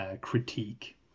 critique